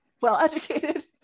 well-educated